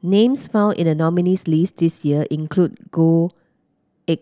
names found in the nominees' list this year include Goh Eck